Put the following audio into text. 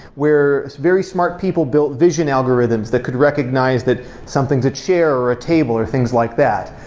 where very smart people built vision algorithms that could recognize that something's a chair, or a table, or things like that,